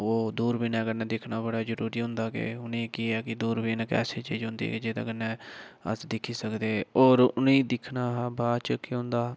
होर दूरबीनै कन्नै दिक्खना बड़ा जरूरी होंदा कि उनेंगी केह् ऐ कि दूरबीन इक ऐसी चीज होंदी कि जेह्दे कन्नै अस दिक्खी सकदे होर उ'नेंगी दिक्खना बाद च केह् होंदा